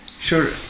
sure